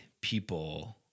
people